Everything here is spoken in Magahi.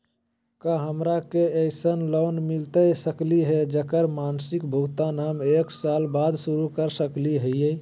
का हमरा के ऐसन लोन मिलता सकली है, जेकर मासिक भुगतान हम एक साल बाद शुरू कर सकली हई?